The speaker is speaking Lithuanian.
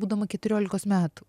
būdama keturiolikos metų